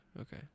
Okay